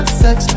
sex